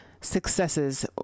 successes